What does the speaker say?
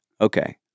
okay